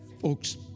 Folks